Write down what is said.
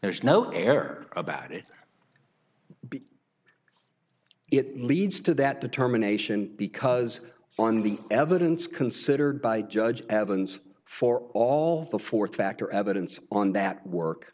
there's no air about it because it leads to that determination because on the evidence considered by judge evans for all the fourth factor evidence on that work